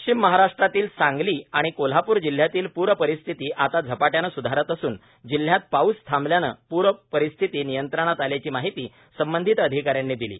पश्विम महाराष्ट्रातील सांगली आणि कोल्हापूर जिल्ह्यातील पूरपरिस्विती आता झपाट्यानं सुधारत असून जिल्ह्यात पाऊस थांबल्यानं पूरपरिस्थिती नियंत्रणात आल्याची माहिती संबंधित अषिकाऱ्यांनी दिली